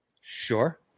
Sure